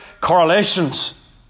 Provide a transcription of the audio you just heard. correlations